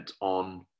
on